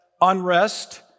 unrest